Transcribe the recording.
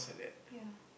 ya